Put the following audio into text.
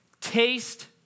taste